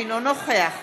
אינו נוכח